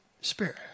Spirit